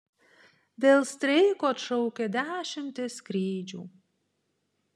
dėl streiko atšaukia dešimtis skrydžių